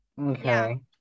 okay